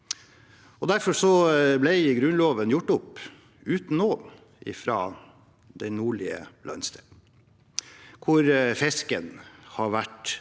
Derfor ble Grunnloven gjort opp uten noen fra den nordlige landsdelen, hvor fisken til alle